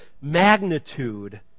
magnitude